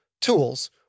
tools